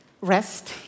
rest